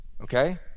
okay